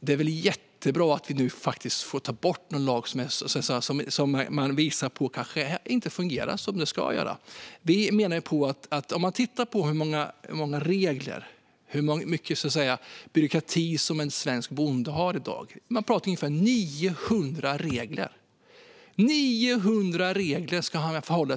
Det är jättebra att vi nu faktiskt får ta bort en lag som man har visat kanske inte fungerar som den ska. Vi kan titta på hur många regler och hur mycket byråkrati som en svensk bonde har i dag. Det är ungefär 900 regler som han har att förhålla sig till - 900!